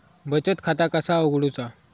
बचत खाता कसा उघडूचा?